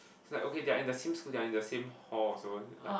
so like okay they're in the same school they're in the same hall also like